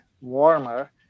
warmer